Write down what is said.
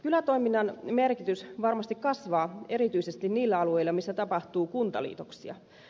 kylätoiminnan merkitys varmasti kasvaa erityisesti niillä alueilla missä tapahtuu kuntaliitoksia